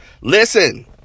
Listen